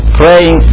praying